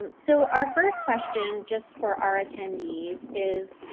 um so, our first question, just for our attendees, is,